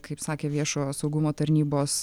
kaip sakė viešojo saugumo tarnybos